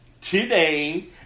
today